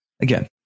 again